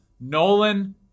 Nolan